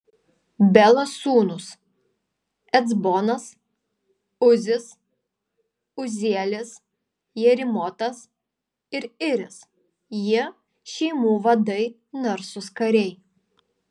belos sūnūs ecbonas uzis uzielis jerimotas ir iris jie šeimų vadai narsūs kariai